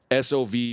SOV